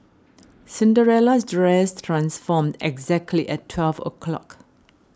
Cinderella's dress transformed exactly at twelve o' clock